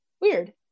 weird